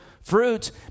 fruits